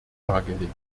dargelegt